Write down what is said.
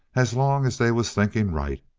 as long as they was thinking right.